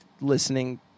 listening